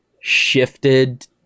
shifted